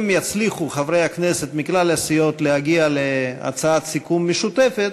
אם יצליחו חברי הכנסת מכלל הסיעות להגיע להצעת סיכום משותפת,